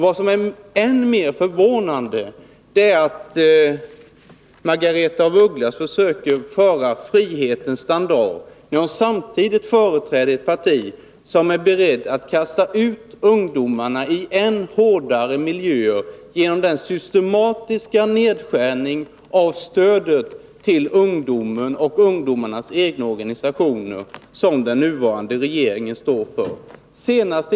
Vad som är än mer förvånande är att Margaretha af Ugglas försöker föra fram frihetens standar samtidigt som hon företräder ett parti som är berett att kasta ut ungdomarna i än hårdare miljöer genom den systematiska nedskärning av stödet till ungdomarnas egna organisationer som den nuvarande regeringen står bakom.